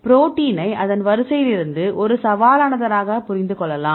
புரோட்டீனை அதன் வரிசையிலிருந்து ஒரு சவாலானதாக புரிந்துகொள்ளலாம்